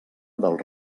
del